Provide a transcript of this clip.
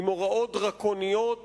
עם הוראות דרקוניות